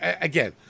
Again